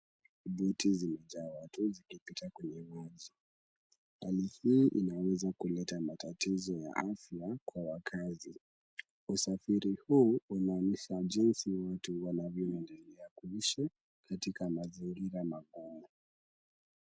Boti zimejaaa watu zikipita kwenye maji. Hali hii inaweza kuleta matatizo ya afya kwa wakaazi. Usafiri huu unaonesha jinsi watu wanvyoendelea kuishi katika mzaingira makongwe.